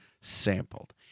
sampled